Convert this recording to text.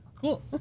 Cool